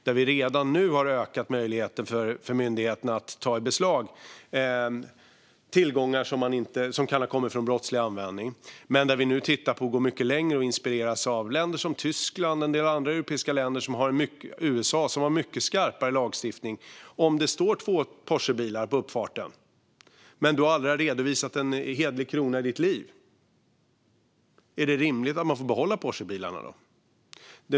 Vi har redan nu ökat möjligheten för myndigheterna att ta i beslag tillgångar som kan ha kommit från brottslig användning. Vi går längre och inspireras av länder som Tyskland och en del andra europeiska länder, eller USA, som har mycket skarpare lagstiftning. Om det står två Porschebilar på uppfarten, men man har aldrig redovisat en hederlig krona i sitt liv, är det rimligt att man får behålla Porschebilarna?